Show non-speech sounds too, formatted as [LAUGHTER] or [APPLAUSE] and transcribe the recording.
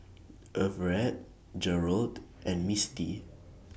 [NOISE] Everette Jerold and Mistie